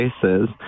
places